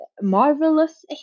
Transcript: marvelous